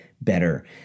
better